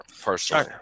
Personally